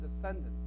descendants